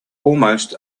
almost